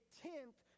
tenth